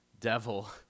devil